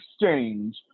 exchange